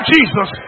Jesus